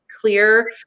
clear